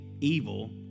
evil